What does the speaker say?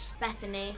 Bethany